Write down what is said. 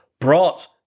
brought